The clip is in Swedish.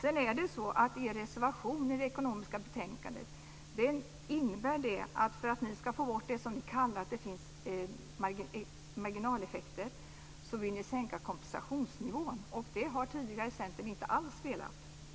Er reservation i det ekonomiska betänkandet innebär att ni för att få bort det som ni kallar marginaleffekter vill sänka kompensationsnivån. Tidigare har Centern inte alls velat det.